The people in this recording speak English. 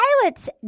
Pilot's